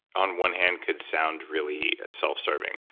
on one hand, could sound really self serving.